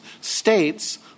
States